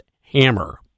Hammer